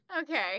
Okay